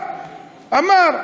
אמר.